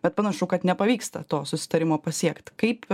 bet panašu kad nepavyksta to susitarimo pasiekti kaip